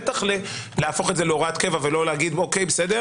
בטח להפוך את זה להוראת קבע ולא להגיד: בסדר.